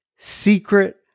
secret